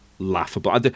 Laughable